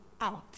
Out